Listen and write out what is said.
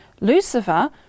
Lucifer